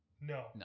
No